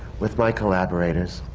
with my collaborators,